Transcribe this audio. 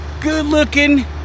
good-looking